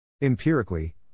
Empirically